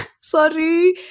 Sorry